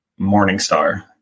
Morningstar